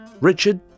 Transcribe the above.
Richard